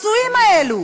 הפצועים האלו,